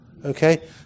okay